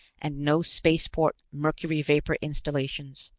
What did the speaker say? and no spaceport mercury-vapor installations.